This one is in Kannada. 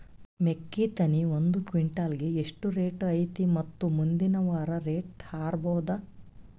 ಮೆಕ್ಕಿ ತೆನಿ ಒಂದು ಕ್ವಿಂಟಾಲ್ ಗೆ ಎಷ್ಟು ರೇಟು ಐತಿ ಮತ್ತು ಮುಂದಿನ ವಾರ ರೇಟ್ ಹಾರಬಹುದ?